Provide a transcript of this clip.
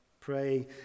Pray